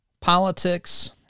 politics